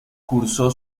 cursó